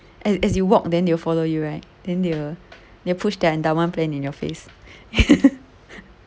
as as you walk then they'll follow you right then they will they push their endowment plan in your face